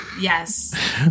yes